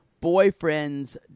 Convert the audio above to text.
boyfriend's